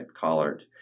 Collard